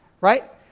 Right